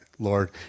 Lord